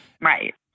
Right